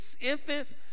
infants